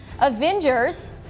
Avengers